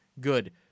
good